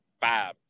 five